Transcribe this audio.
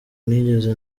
nigeze